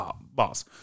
boss